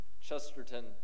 Chesterton